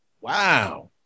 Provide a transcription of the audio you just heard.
Wow